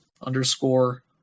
underscore